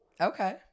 Okay